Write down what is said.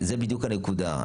זו בדיוק הנקודה.